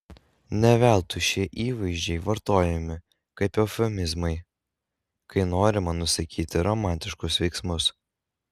ne veltui šie įvaizdžiai vartojami kaip eufemizmai kai norima nusakyti romantiškus veiksmus